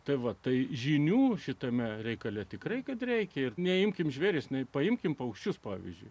tai va tai žinių šitame reikale tikrai kad reikia ir neimkime žvėris nei paimkime paukščius pavyzdžiui